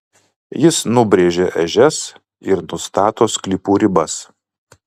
jis nubrėžia ežias ir nustato sklypų ribas